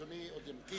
אדוני עוד ימתין.